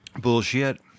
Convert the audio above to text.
Bullshit